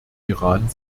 iran